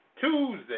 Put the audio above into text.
Tuesday